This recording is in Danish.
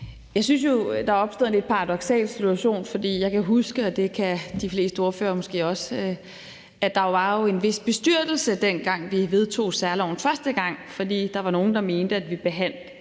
Jeg synes, der er opstået en lidt paradoksal situation, for jeg kan huske, og det kan de fleste ordførere måske også, at der jo var en vis bestyrtelse, første gang vi vedtog særloven, fordi der var nogle, der mente, at vi behandlede